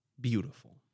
beautiful